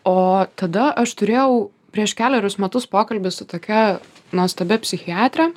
o tada aš turėjau prieš kelerius metus pokalbį su tokia nuostabia psichiatre